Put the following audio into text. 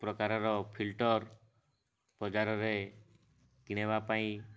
ପ୍ରକାରର ଫିଲ୍ଟର ବଜାରରେ କିଣିବା ପାଇଁ